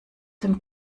dem